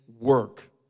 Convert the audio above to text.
work